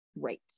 great